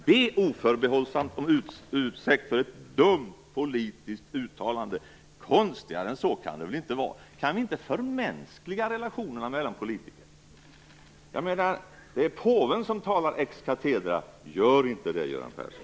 Be oförbehållsamt om ursäkt för ett dumt, politiskt uttalande! Konstigare än så kan det väl inte vara! Kan vi inte förmänskliga relationerna mellan politiker? Det är påven som talar ex cathedra. Gör inte det, Göran Persson!